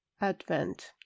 advent